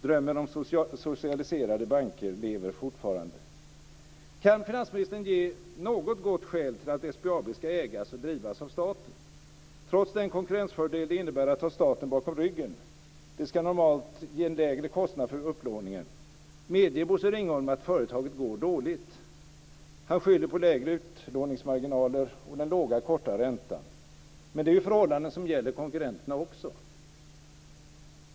Drömmen om socialiserade banker lever fortfarande. Kan finansministern ge något gott skäl till att SBAB ska ägas och drivas av staten? Trots den konkurrensfördel det innebär att ha staten bakom ryggen - det ska normalt ge en lägre kostnad för upplåningen - medger Bosse Ringholm att företaget går dåligt. Han skyller på lägre utlåningsmarginaler och den låga korta räntan. Men det är ju förhållanden som gäller konkurrenterna också.